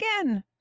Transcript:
again